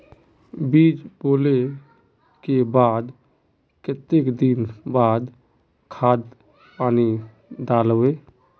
बीज बोले के बाद केते दिन बाद खाद पानी दाल वे?